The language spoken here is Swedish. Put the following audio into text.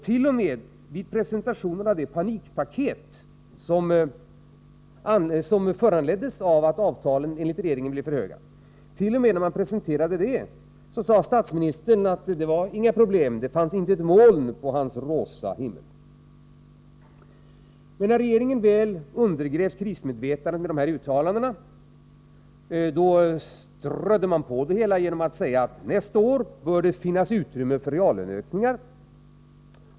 T.o.m. vid presentationen av det panikpaket som föranleddes av att avtalen enligt regeringen blir för höga, sade statsministern att det var inga problem, det fanns inte ett moln på hans rosa himmel. 2 När regeringen väl undergrävt krismedvetandet med dessa uttalanden, ökade man på det hela med att säga att nästa år bör det finnas utrymme för reallöneökningar.